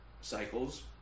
cycles